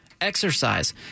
Exercise